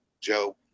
Joe